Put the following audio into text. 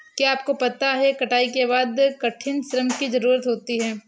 क्या आपको पता है कटाई के बाद कठिन श्रम की ज़रूरत होती है?